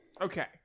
Okay